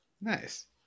Nice